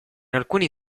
alcuni